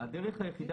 לנו אין